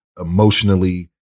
emotionally